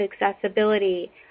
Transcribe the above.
Accessibility